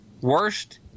Worst